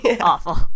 awful